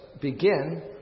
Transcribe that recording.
begin